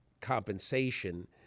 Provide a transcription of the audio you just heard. compensation